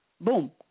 boom